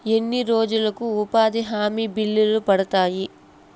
ఎన్ని రోజులకు ఉపాధి హామీ బిల్లులు పడతాయి?